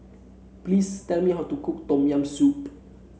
please tell me how to cook Tom Yam Soup